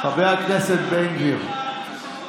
חבר הכנסת בן גביר, שמור על השקט,